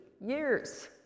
years